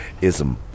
Ism